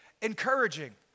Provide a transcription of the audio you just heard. encouraging